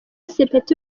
sepetu